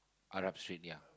Arab-Street yeah